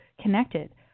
connected